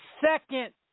second